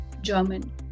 German